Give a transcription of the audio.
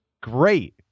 Great